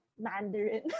Mandarin